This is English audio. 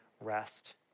rest